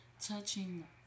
Touching